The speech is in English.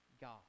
God